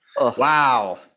wow